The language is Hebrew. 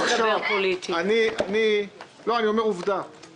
אבל גם כמובן שאנחנו שומעים אותם ומקשיבים להם,